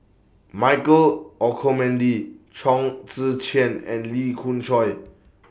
Michael Olcomendy Chong Tze Chien and Lee Khoon Choy